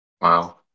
Wow